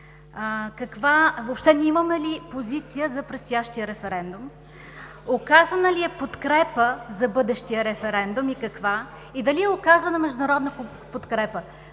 Въобще ние имаме ли позиция за предстоящия референдум? Оказана ли е подкрепа за бъдещия референдум и каква, и дали е оказвана международна подкрепа?